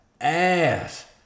ass